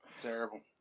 terrible